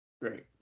great